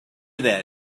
that